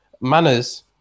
manners